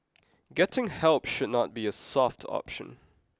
getting help should not be a soft option